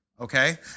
okay